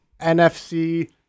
nfc